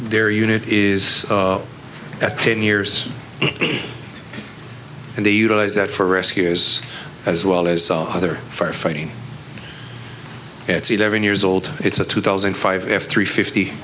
their unit is at ten years and they utilize that for rescues as well as other firefighting it's eleven years old it's a two thousand and five f three fifty